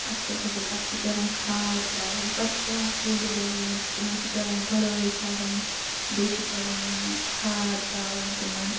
اصل گَژھِ آسٕنۍ تَتھ چھِ پیوان کھاد تراوٕنۍ پَتہٕ چھِ پیٚوان کُلۍ رُوٕنۍ تِمَن چھِ پیوان گُڑٲے کَرٕنۍ بیٚیہِ چھِ پیٚوان کھاد تراوٕنۍ تِمَن